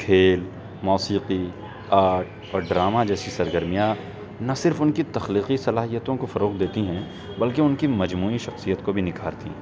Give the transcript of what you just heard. کھیل موسیقی آٹ اور ڈرامہ جیسی سرگرمیاں نہ صرف ان کی تخلیقی صلاحیتوں کو فروغ دیتی ہیں بلکہ ان کی مجموعی شخصیت کو بھی نکھارتی ہیں